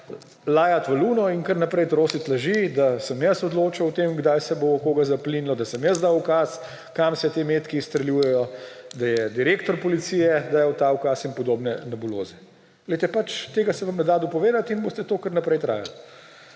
lajati v luno in kar naprej trositi laži, da sem jaz odločal o tem, kdaj se bo koga zaplinilo, da sem jaz dal ukaz, kam se ti metki izstreljujejo, da je direktor policije dajal ta ukaz in podobne nebuloze. Pač tega se vam ne da dopovedati in boste to kar naprej /